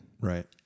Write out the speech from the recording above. right